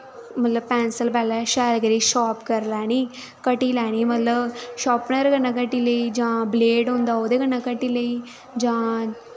मतलब पैन्सल पैह्लै शैल करियै शार्प करी लैनी घटी लैनी मतलब शार्पनर कन्नै घटी लेई जां ब्लेड होंदा उ'दे कन्नै घटी लेई जां